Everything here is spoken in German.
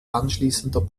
anschließender